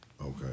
Okay